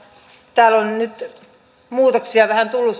täällä on nyt nyt tullut